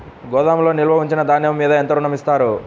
గోదాములో నిల్వ ఉంచిన ధాన్యము మీద ఎంత ఋణం ఇస్తారు?